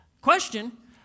Question